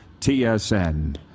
TSN